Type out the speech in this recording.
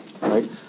right